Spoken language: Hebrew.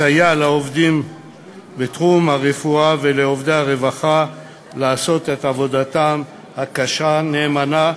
לסייע לעובדים בתחום הרפואה ולעובדי הרווחה לעשות את עבודתם הקשה נאמנה,